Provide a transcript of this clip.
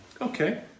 okay